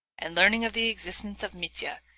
and learning of the existence of mitya,